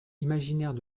imaginaires